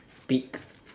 pick